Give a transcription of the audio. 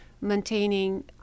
maintaining